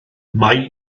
mae